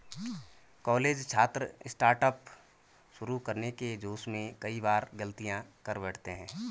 college छात्र startup शुरू करने के जोश में कई बार गलतियां कर बैठते हैं